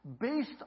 based